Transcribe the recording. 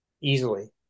easily